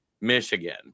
michigan